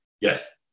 Yes